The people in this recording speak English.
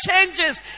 changes